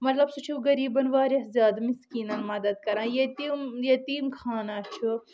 مطلب سُہ چھُ غریبن واریاہ زیادٕ مسکیٖنن مدد کران یتیٖم یتیٖم خانہ چھُ